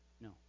No